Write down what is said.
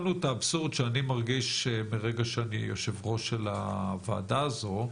את האבסורד שאני מרגיש מרגע שאני יו"ר הוועדה הזו,